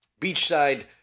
Beachside